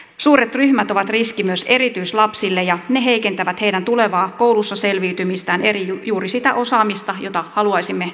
suuret ryhmät ovat riski myös erityislapsille ja ne heikentävät heidän tulevaa koulussa selviytymistään eli juuri sitä osaamista jota haluaisimme nimenomaan lisää